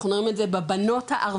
אנחנו רואים את זה בבנות הערביות,